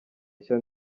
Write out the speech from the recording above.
nshya